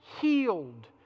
healed